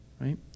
right